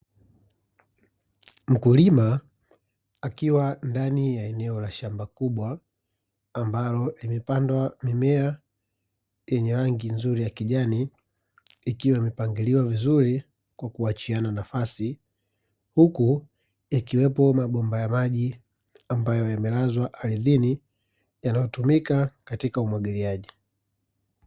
Mkulima akiwa ndani ya eneo ya shamba kubwa ambalo limepandwa mimea yenye rangi nzuri ya kijani. Ikiwa imepangiliwa vizuri kwa kuachiana nafasi, huku yakiwemo mabomba ya maji ambayo yamelazwa ardhini yanayotumika katika umwagiliaji.